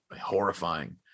horrifying